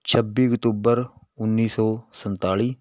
ਛੱਬੀ ਅਕਤੂਬਰ ਉੱਨੀ ਸੌ ਸੰਨਤਾਲੀ